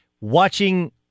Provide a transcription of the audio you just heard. watching